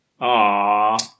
Aww